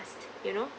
you know